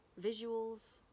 visuals